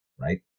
right